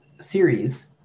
series